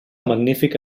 magnífica